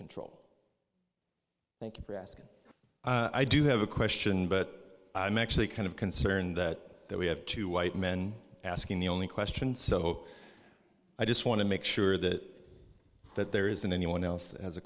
control thank you for asking i do have a question but i'm actually kind of concerned that we have two white men asking the only question so i just want to make sure that that there isn't anyone else